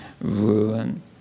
ruin